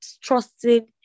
trusting